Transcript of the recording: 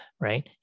right